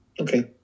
okay